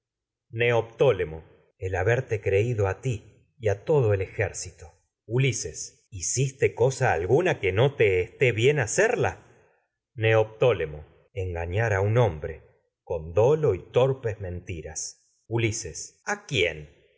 neoptólemo el haberte creído a ti y a todo el ejército ulises hacerla hiciste cosa alguna que no te esté bien neoptólemo engañar a un hombre con dolo y torpes mentiras ulises nuevo a quién